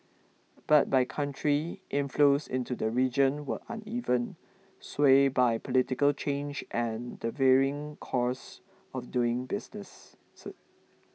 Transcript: but by country inflows into the region were uneven swayed by political change and the varying costs of doing business so